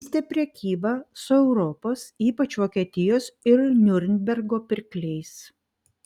vystė prekybą su europos ypač vokietijos ir niurnbergo pirkliais